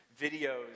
videos